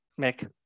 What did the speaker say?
Mick